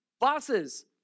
Bosses